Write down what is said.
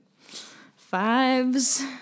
Fives